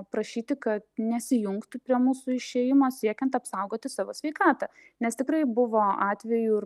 prašyti kad nesijungtų prie mūsų išėjimo siekiant apsaugoti savo sveikatą nes tikrai buvo atvejų ir